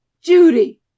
Judy